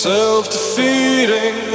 Self-defeating